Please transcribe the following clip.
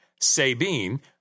Sabine